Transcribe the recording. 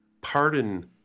pardon